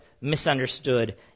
misunderstood